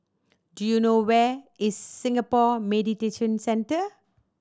do you know where is Singapore Mediation Centre